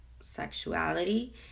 sexuality